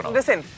Listen